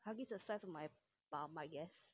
huggie is the size of my palm I guess